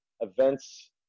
Events